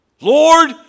Lord